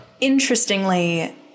Interestingly